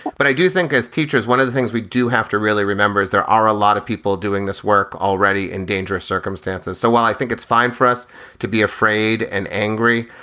but i do think as teachers, one of the things we do have to really remember is there are a lot of people doing this work already in dangerous circumstances. so i think it's fine for us to be afraid and angry.